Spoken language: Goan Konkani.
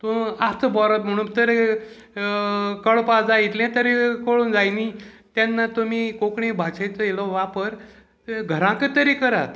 तूं आसा बरो म्हणून तरी कळपा जाय इतलें तरी कळूंक जाय न्ही तेन्ना तुमी कोंकणी भाशेचो इल्लो वापर घरांकय तरी करात